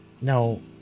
No